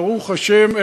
ברוך השם,